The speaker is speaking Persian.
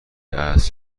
است